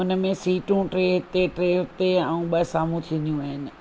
उन में सीटूं टे हिते टे हुते ऐं ॿ साम्हूं थींदियूं आहिनि